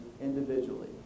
individually